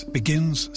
begins